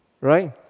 Right